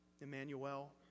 Emmanuel